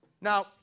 Now